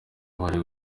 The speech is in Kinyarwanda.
bari